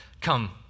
come